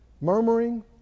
Murmuring